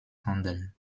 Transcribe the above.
handeln